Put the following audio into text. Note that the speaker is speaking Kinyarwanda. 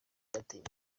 yarateye